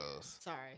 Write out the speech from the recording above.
sorry